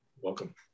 Welcome